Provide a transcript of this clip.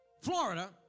Florida